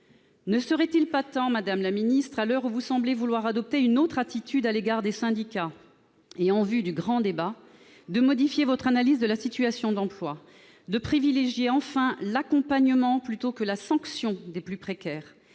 Ne serait-il pas temps, madame la ministre, à l'heure où vous semblez vouloir adopter une autre attitude à l'égard des syndicats et en vue du grand débat, de modifier votre analyse de la situation de l'emploi, de privilégier enfin l'accompagnement des précaires